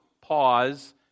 Pause